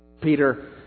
Peter